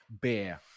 beer